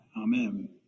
amen